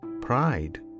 pride